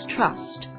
Trust